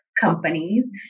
companies